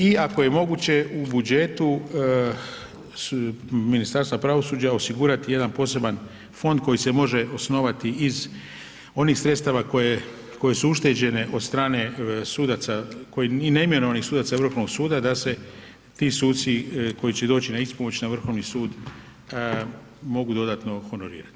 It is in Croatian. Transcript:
I ako je moguće u budžetu Ministarstva pravosuđa osigurati jedan poseban fond koji se može osnovati iz onih sredstava koje su ušteđene od strane sudaca i neimenovanih sudaca Vrhovnog suda da se ti suci koji će doći na ispomoć na Vrhovni sud mogu dodatno honorirati.